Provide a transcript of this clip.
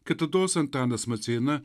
kitados antanas maceina